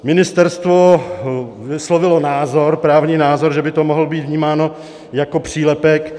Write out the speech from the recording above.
Ministerstvo vyslovilo právní názor, že by to mohlo být vnímáno jako přílepek.